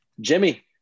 Jimmy